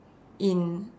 in